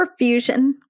perfusion